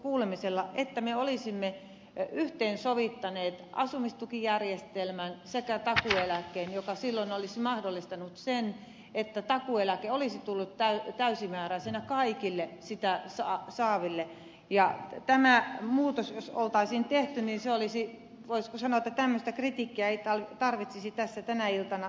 se että me olisimme yhteensovittaneet asumistukijärjestelmän sekä takuueläkkeen olisi mahdollistanut sen että takuueläke olisi tullut täysimääräisenä kaikille sitä saaville ja jos tämä muutos olisi tehty niin voisiko sanoa tämmöistä kritiikkiä ei tarvitsisi tässä tänä iltana sanoa